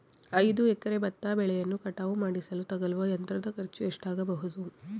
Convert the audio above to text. ಐದು ಎಕರೆ ಭತ್ತ ಬೆಳೆಯನ್ನು ಕಟಾವು ಮಾಡಿಸಲು ತಗಲುವ ಯಂತ್ರದ ಖರ್ಚು ಎಷ್ಟಾಗಬಹುದು?